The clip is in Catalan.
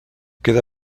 queda